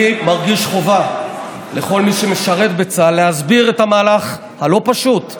ואני חב חובה להסביר את המדיניות הלא-פופולרית,